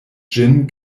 ĝin